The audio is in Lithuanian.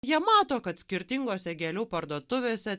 jie mato kad skirtingose gėlių parduotuvėse